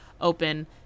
open